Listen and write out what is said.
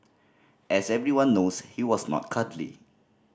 as everyone knows he was not cuddly